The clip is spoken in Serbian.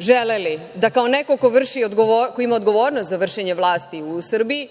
želeli da kao neko ko ima odgovornost za vršenje vlasti u Srbiji,